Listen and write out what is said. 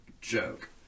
Joke